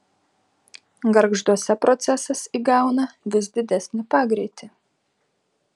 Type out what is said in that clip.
gargžduose procesas įgauna vis didesnį pagreitį